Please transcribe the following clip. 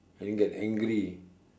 and get angry